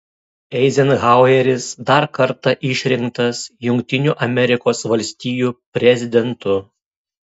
eizenhaueris dar kartą išrinktas jungtinių amerikos valstijų prezidentu